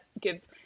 gives